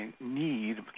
need